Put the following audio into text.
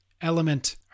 Element